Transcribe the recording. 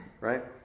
right